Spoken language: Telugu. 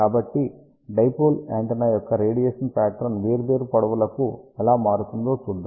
కాబట్టి డైపోల్ యాంటెన్నా యొక్క రేడియేషన్ పాట్రన్ వేర్వేరు పొడవులకు ఎలా మారుతుందో చూద్దాం